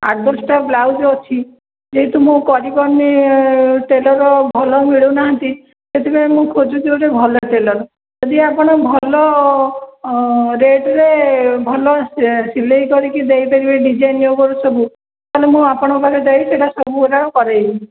ଆଠ ଦଶଟା ବ୍ଲାଉଜ୍ ଅଛି ଯେହେତୁ ମୁଁ କରିପାରୁନି ଟେଲର୍ ଭଲ ମିଳୁନାହାନ୍ତି ସେଥିପାଇଁ ମୁଁ ଖୋଜୁଛି ଗୋଟେ ଭଲ ଟେଲର୍ ଯଦି ଆପଣ ଭଲ ରେଟ୍ରେ ଭଲ ସିଲେଇ କରିକି ଦେଇପାରିବେ ଡିଜାଇନ୍ ଉପରେ ସବୁ ତା'ହେଲେ ମୁଁ ଆପଣଙ୍କ ପାଖରେ ଯାଇ ସେଇଟା ସବୁଗୁଡ଼ାକ କରାଇବି